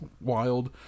wild